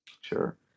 Sure